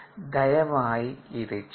ദയവായി ഇത് ചെയ്യൂ